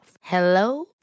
Hello